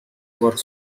were